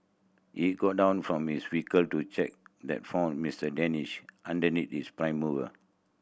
he got down from his vehicle to check and found Mister Danish underneath his prime mover